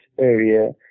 area